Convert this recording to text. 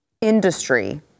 industry